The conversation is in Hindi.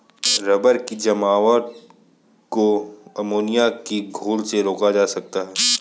रबर की जमावट को अमोनिया के घोल से रोका जा सकता है